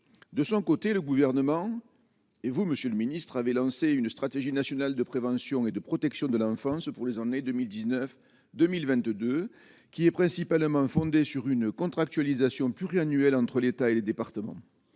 de son côté, le gouvernement et vous, monsieur le ministre avait lancé une stratégie nationale de prévention et de protection de l'enfance pour les années 2019, 2022 qui est principalement fondée sur une contractualisation pluriannuelle entre l'État et les départements,